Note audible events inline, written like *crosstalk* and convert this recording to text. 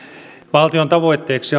valtion tavoitteeksi *unintelligible*